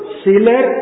siler